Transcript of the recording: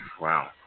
Wow